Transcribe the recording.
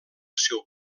seu